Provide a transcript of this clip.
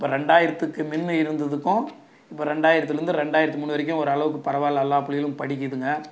இப்போ ரெண்டாயிரத்துக்கு முன்ன இருந்ததுக்கும் இப்போ ரெண்டாயிரத்துலேருந்து ரெண்டாயிரத்து மூணு வரைக்கும் ஓரளவுக்கு பரவாயில்ல எல்லா பிள்ளைகளும் படிக்குதுங்க